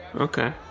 Okay